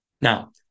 Now